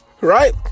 right